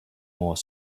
more